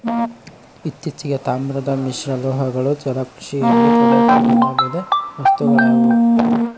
ಇತ್ತೀಚೆಗೆ, ತಾಮ್ರದ ಮಿಶ್ರಲೋಹಗಳು ಜಲಕೃಷಿಯಲ್ಲಿ ಪ್ರಮುಖವಾದ ಬಲೆ ವಸ್ತುಗಳಾಗ್ಯವ